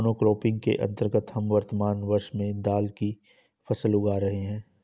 monocropping के अंतर्गत हम वर्तमान वर्ष में दाल की फसल उगा रहे हैं